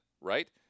right